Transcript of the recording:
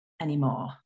anymore